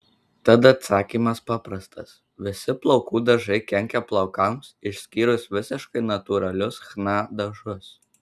tad atsakymas paprastas visi plaukų dažai kenkia plaukams išskyrus visiškai natūralius chna dažus